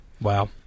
Wow